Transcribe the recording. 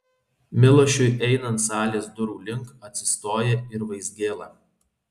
milašiui einant salės durų link atsistoja ir vaizgėla